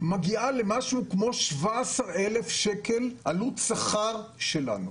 מגיעה למשהו כמו 17,000 שקלים, עלות שכר שלנו.